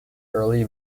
early